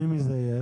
מי מזייף?